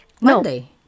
Monday